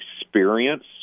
experience